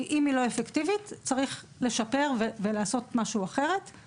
אם היא לא אפקטיבית צריך לשפר ולעשות משהו אחרת,